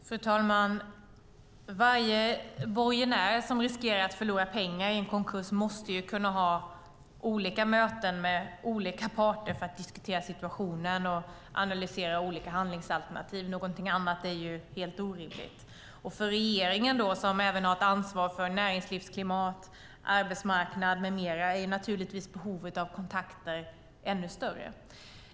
Fru talman! Varje borgenär som riskerar att förlora pengar i en konkurs måste kunna ha möten med olika parter för att diskutera situationen och analysera olika handlingsalternativ. Någonting annat är helt orimligt. För regeringen, som även har ansvar för näringslivsklimat, arbetsmarknad med mera, är behovet av kontakter naturligtvis ännu större.